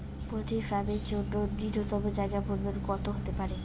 Poultry farm এর জন্য নূন্যতম জায়গার পরিমাপ কত হতে পারে?